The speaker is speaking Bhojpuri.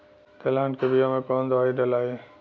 तेलहन के बिया मे कवन दवाई डलाई?